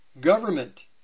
Government